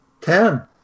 Ten